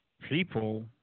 people